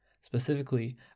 specifically